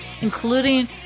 including